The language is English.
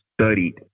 studied